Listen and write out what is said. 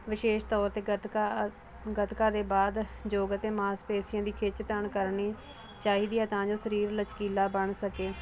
ਵਿਸ਼ੇਸ਼ ਤੌਰ 'ਤੇ ਗਤਕਾ ਗਤਕਾ ਦੇ ਬਾਅਦ ਯੋਗ ਅਤੇ ਮਾਸਪੇਸ਼ੀਆਂ ਦੀ ਖਿਚਤਣ ਕਰਨੀ ਚਾਹੀਦੀ ਹੈ ਤਾਂ ਜੋ ਸਰੀਰ ਲਚਕੀਲਾ ਬਣ ਸਕੇ